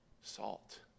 Salt